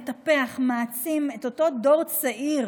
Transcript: מטפח ומעצים את אותו דור צעיר,